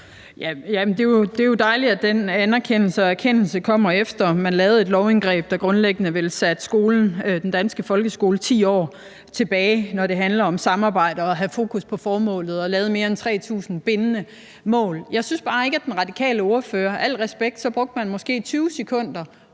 det er jo dejligt, at den anerkendelse og erkendelse kommer, efter at man lavede et lovindgreb, der vel grundlæggende satte skolen, den danske folkeskole, 10 år tilbage, når det handler om samarbejde, at have fokus på formålet og at have lavet mere end 3.000 bindende mål. I al respekt brugte den radikale ordfører måske 20 sekunder